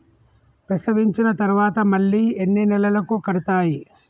ప్రసవించిన తర్వాత మళ్ళీ ఎన్ని నెలలకు కడతాయి?